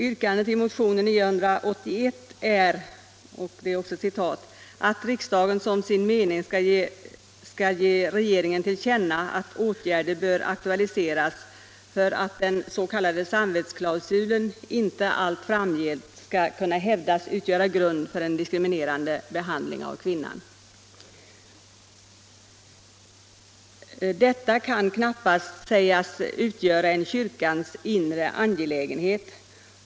Yrkandet i motionen 981 är ”att riksdagen som sin mening ger regeringen till känna att åtgärder bör aktualiseras för att den s.k. samvetsklausulen inte allt framgent skall kunna hävdas utgöra grund för en diskriminerande behandling av kvinnan”. Detta kan knappast sägas utgöra en kyrkans inre angelägenhet.